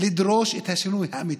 לדרוש את השינוי האמיתי,